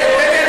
תן לי,